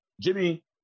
Jimmy